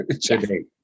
today